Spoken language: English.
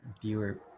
viewer